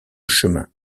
chemin